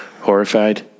horrified